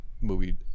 movie